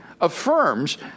affirms